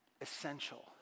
essential